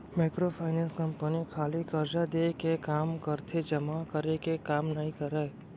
micro finance company खाली करजा देय के काम करथे जमा करे के काम नइ करय